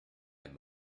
and